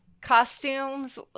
costumes